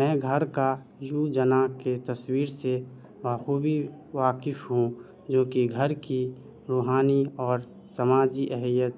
میں گھر کا یوجنا کے تصویر سے بخوبی واقف ہوں جو کہ گھر کی روحانی اور سماجی اہلیت